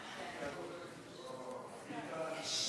ההצעה להעביר את הצעת